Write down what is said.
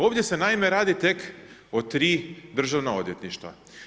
Ovdje se naime radi tek o tri državna odvjetništva.